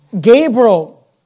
Gabriel